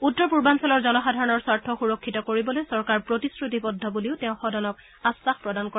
উত্তৰ পূৰ্বাঞ্চলৰ জনসাধাৰণৰ স্বাৰ্থ সুৰক্ষিত কৰিবলৈ চৰকাৰ প্ৰতিশ্ৰুতিবদ্ধ বুলিও তেওঁ সদনক আশ্বাস প্ৰদান কৰে